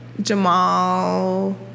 Jamal